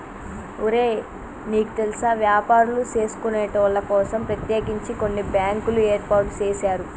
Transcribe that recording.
ఒరే నీకు తెల్సా వ్యాపారులు సేసుకొనేటోళ్ల కోసం ప్రత్యేకించి కొన్ని బ్యాంకులు ఏర్పాటు సేసారు